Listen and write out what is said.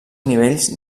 nivells